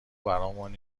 برامون